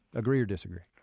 agree or disagree?